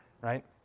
right